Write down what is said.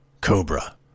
Cobra